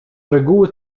reguły